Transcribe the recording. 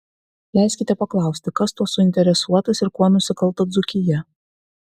leiskite paklausti kas tuo suinteresuotas ir kuo nusikalto dzūkija